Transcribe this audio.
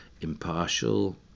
impartial